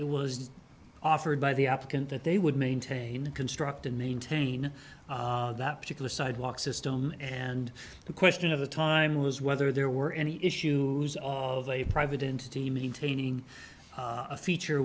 it was offered by the applicant that they would maintain construct and maintain that particular sidewalk system and the question of the time was whether there were any issues of a private entity maintaining a feature